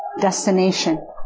destination